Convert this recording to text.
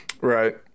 Right